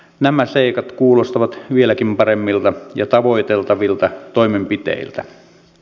nämä seikat kuulostavat vieläkin paremmilta ja tavoiteltavilta toimenpiteiltä